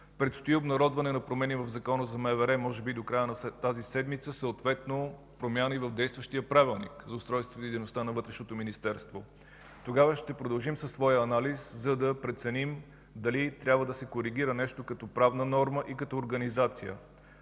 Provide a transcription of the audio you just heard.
Предстои обнародване на промени в Закона за МВР, може би до края на тази седмица, съответно и промяна в действащия Правилник за устройството и дейността на Вътрешното министерство. Тогава ще продължим със своя анализ, за да преценим дали трябва да се коригира нещо като правна норма и като организация,